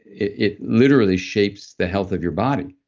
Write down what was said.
it literally shapes the health of your body.